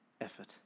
effort